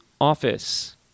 office